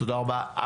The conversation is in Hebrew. תודה רבה.